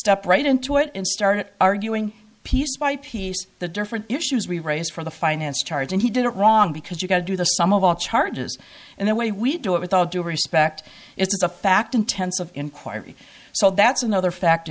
right into it and started arguing piece by piece the different issues we raised from the finance charge and he did it wrong because you got to do the sum of all charges and the way we do it with all due respect it's a fact intensive inquiry so that's another fact